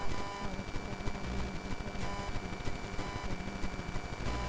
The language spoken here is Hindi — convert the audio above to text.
भारत की लगभग आधी जनसंख्या रोज़गार के लिये कृषि क्षेत्र पर ही निर्भर है